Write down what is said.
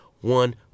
one